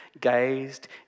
gazed